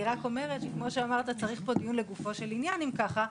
אני רק אומרת שכמו שאמרת צריך פה דיון לגופו של עניין אם ככה,